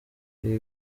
ibi